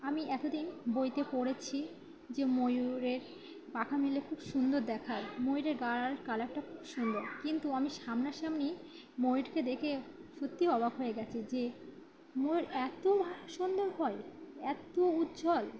আমি এতদিন বইতে পড়েছি যে ময়ূরের পাখা মেললে খুব সুন্দর দেখায় ময়ূরের গায়ের কালারটা খুব সুন্দর কিন্তু আমি সামনাসামনি ময়ূরকে দেখে সত্যিই অবাক হয়ে গিয়েছি যে ময়ূর এত সুন্দর হয় এত উজ্জ্বল